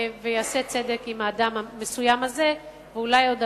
ויעשה צדק עם האדם המסוים הזה ואולי עם עוד